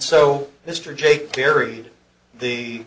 so mr jake carried the